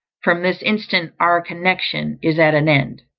from this instant our connexion is at an end.